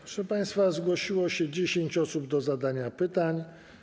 Proszę państwa, zgłosiło się 10 osób do zadania pytań.